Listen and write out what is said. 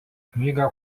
knygą